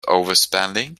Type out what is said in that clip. overspending